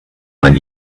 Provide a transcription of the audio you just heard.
man